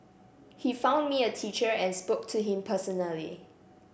he found me a teacher and spoke to him personally